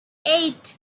eight